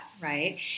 right